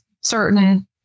certain